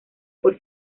por